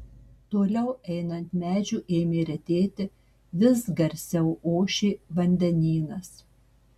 toliau einant medžių ėmė retėti vis garsiau ošė vandenynas